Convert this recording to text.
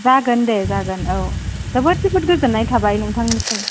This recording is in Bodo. जागोन दे जागोन औ जोबोद जोबोद गोजोननाय थाबाय नोंथांनिसिम